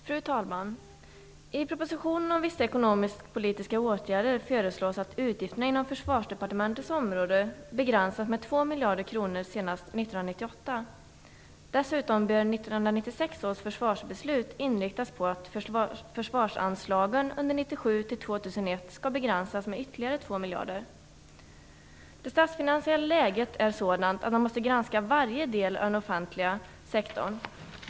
Fru talman! I propositionen om vissa ekonomiskpolitiska åtgärder föreslås att utgifterna inom Försvarsdepartementets område begränsas med 2 miljarder kronor senast 1998. Dessutom föreslås att 1996 års försvarsbeslut bör inriktas på att försvarsanslagen under 1997-2001 skall begränsas med ytterligare 2 Det statsfinansiella läget är sådant att man måste granska varje del av den offentliga sektorn.